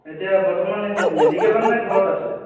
এতিয়া বৰ্তমান সেই মেডিকেলত নে ঘৰত আছে